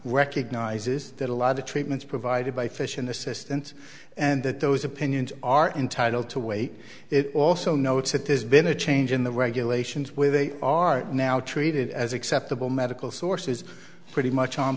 recognizes that a lot of treatments provided by fish and assistance and that those opinions are entitled to wait it also notes that there's been a change in the regulations where they are now treated as acceptable medical sources pretty much on